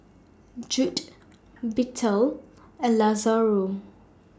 Judd Bethel and Lazaro